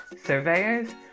surveyors